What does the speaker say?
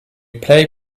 play